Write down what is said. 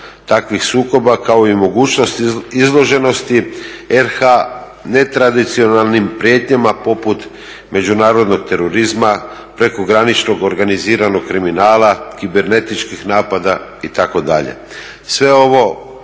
takvih sukoba, kao i mogućnost izloženosti RH netradicionalnim prijetnjama poput međunarodnog terorizma, prekograničnog organiziranog kriminala, kibernetičkih napada itd.